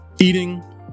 Eating